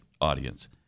audience